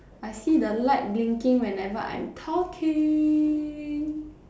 I see the light blinking whenever I'm talking